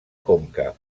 conca